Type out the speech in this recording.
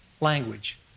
language